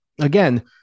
Again